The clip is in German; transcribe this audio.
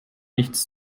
nichts